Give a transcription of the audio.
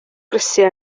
grisiau